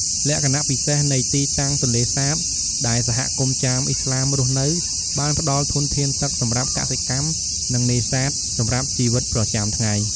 លក្ខណៈពិសេសនៃទីតាំងទន្លេសាបដែលសហគមន៍ចាមឥស្លាមរស់នៅបានផ្តល់ធនធានទឹកសម្រាប់កសិកម្ម និងនេសាទសម្រាប់ជីវិតប្រចាំថ្ងៃ។